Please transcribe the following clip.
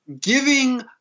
giving